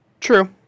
True